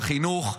החינוך,